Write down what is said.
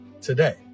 today